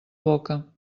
boca